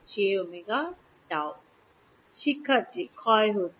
11 jωτ শিক্ষার্থী ক্ষয় হচ্ছে